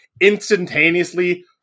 instantaneously